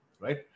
right